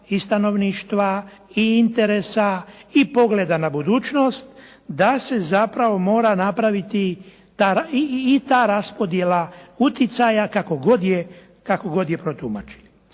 i stanovništva, i interesa, i pogleda na budućnost da se zapravo mora napraviti i ta raspodjela uticaja kako god je protumačili.